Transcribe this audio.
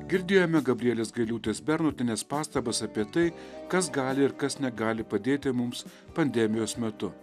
girdėjome gabrielės gailiūtės bernotienės pastabas apie tai kas gali ir kas negali padėti mums pandemijos metu